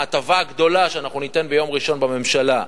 ההטבה הגדולה שניתן ביום ראשון בממשלה,